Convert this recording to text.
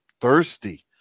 thirsty